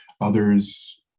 others